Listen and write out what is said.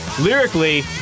Lyrically